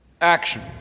Action